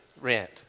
rent